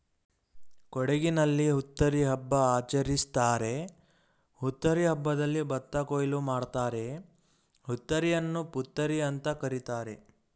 ಕೊಡಗಿನಲ್ಲಿ ಹುತ್ತರಿ ಹಬ್ಬ ಆಚರಿಸ್ತಾರೆ ಹುತ್ತರಿ ಹಬ್ಬದಲ್ಲಿ ಭತ್ತ ಕೊಯ್ಲು ಮಾಡ್ತಾರೆ ಹುತ್ತರಿಯನ್ನು ಪುತ್ತರಿಅಂತ ಕರೀತಾರೆ